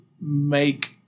make